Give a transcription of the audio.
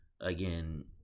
again